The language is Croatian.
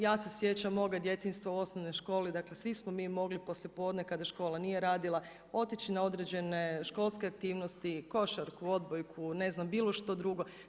Ja se sjećam moga djetinjska u osnovnoj školi, dakle svi smo mi mogli poslije podne kada škola nije radila otići na određene školske aktivnosti košarku, odbojku, ne znam bilo što drugo.